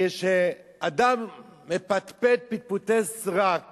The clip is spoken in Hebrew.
כשאדם מפטפט פטפוטי סרק